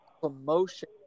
promotion